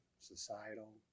societal